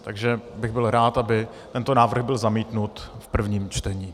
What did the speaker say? Takže bych byl rád, aby tento návrh byl zamítnut v prvním čtení.